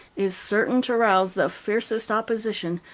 is certain to rouse the fiercest opposition,